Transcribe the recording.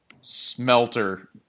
Smelter